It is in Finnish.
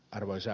arvoisa